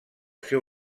seu